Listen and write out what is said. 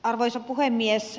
arvoisa puhemies